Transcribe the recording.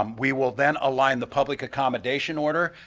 um we will then align the public accommodation order,